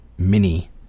mini